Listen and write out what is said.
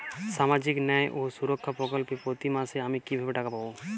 সামাজিক ন্যায় ও সুরক্ষা প্রকল্পে প্রতি মাসে আমি কিভাবে টাকা পাবো?